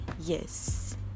yes